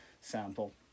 sample